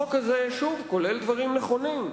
שוב, החוק הזה כולל דברים נכונים,